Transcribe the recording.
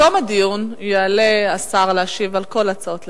בתום הדיון יעלה השר להשיב על כל ההצעות לסדר-היום.